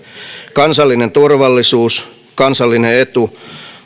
kansallinen turvallisuus kansallinen etu